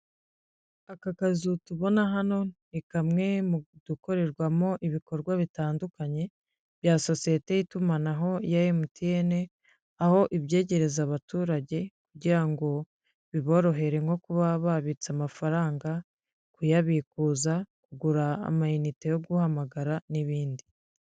Aka kazu tubona hano ni kamwe mu dukorerwamo ibikorwa bitandukanye bya sosiyete y'itumanaho ya emutiyene. Aho ibyegereza abaturage kugira ngo biborohere nko kuba babitse amafaranga, kuyabikuza, kugura amanite yo guhamagara n'ibindi.